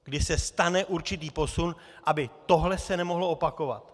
Kdy se stane určitý posun, aby se tohle nemohlo opakovat.